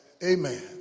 Amen